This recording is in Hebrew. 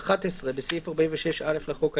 תיקון סעיף 46 11. בסעיף 46(א) לחוק העיקרי,